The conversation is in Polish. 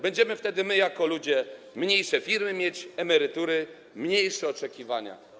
Będziemy wtedy, my jako ludzie, mieć mniejsze firmy, emerytury i mniejsze oczekiwania.